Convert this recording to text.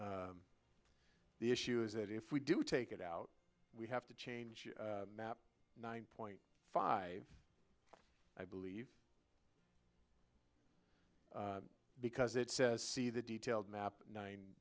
the issue is that if we do take it out we have to change the map nine point five i believe because it says see the detailed map nine